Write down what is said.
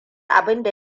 abinda